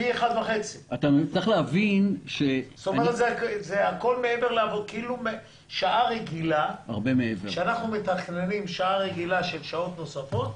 פי 1.5. כשאנחנו מתכננים שעה רגילה של שעות נוספות,